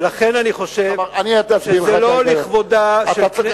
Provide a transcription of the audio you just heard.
ולכן אני חושב שזה לא לכבודה של כנסת,